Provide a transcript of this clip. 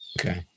Okay